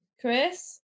Chris